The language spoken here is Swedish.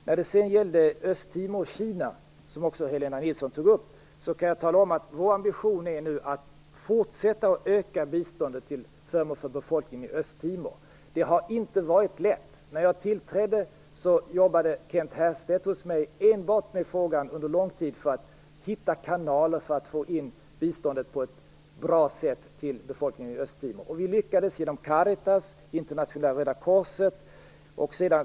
När det sedan gäller Östtimor och Kina, som också Helena Nilsson tog upp, kan jag tala om att vår ambition är att fortsätta att öka biståndet till förmån för befolkningen i Östtimor. Det har inte varit lätt. När jag tillträdde jobbade Kent Härstedt under lång tid enbart med denna fråga för att hitta kanaler för att få in biståndet på ett bra sätt till befolkningen i Östtimor. Vi lyckade genom Caritas och Internationella Röda korset.